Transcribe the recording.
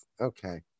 Okay